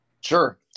Sure